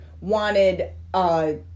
wanted